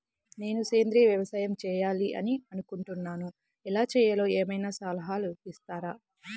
నేను సేంద్రియ వ్యవసాయం చేయాలి అని అనుకుంటున్నాను, ఎలా చేయాలో ఏమయినా సలహాలు ఇస్తారా?